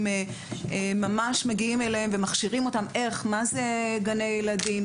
אליהם ומכשירים אותם: מה זה גני ילדים,